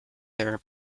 their